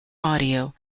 audio